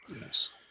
yes